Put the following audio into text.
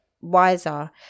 wiser